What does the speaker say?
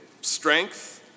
strength